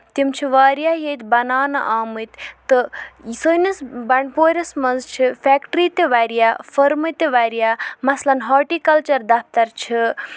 تِم چھِ واریاہ ییٚتہِ بَناونہٕ آمٕتۍ تہٕ سٲنِس بنڈپوٗرِس مںز چھِ فیکٹری تہِ واریاہ فٔرمہٕ تہِ واریاہ مَثلن ہاٹِکلچر دفتر چھ